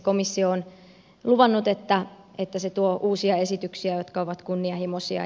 komissio on luvannut että se tuo uusia esityksiä jotka ovat kunnianhimoisia